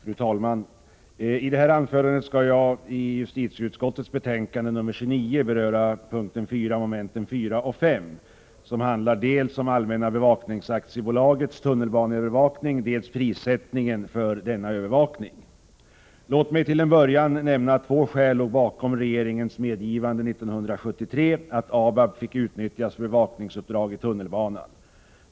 Fru talman! Jag skall i mitt anförande beröra punkt 4 mom. 4 och 5 i justitieutskottets betänkande 29. Det gäller dels Allmänna bevakningsaktiebolagets tunnelbaneövervakning i Stockholm, dels prissättningen för denna övervakning. Låt mig till att börja med nämna att två skäl låg bakom regeringens medgivande 1973 att ABAB skulle få anlitas för bevakningsuppdrag i tunnelbanan.